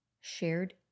shared